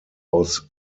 aus